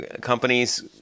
companies